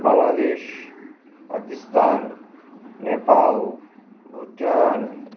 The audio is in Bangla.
বাংলাদেশ পাকিস্থান নেপাল ভুটান